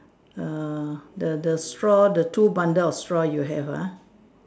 err the the straw the two bundle of straws you have ah